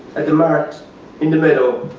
at the mart in the meadow,